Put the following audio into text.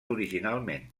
originalment